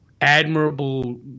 admirable